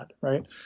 right